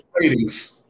ratings